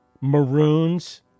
Maroons